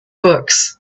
books